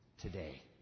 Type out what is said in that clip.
Today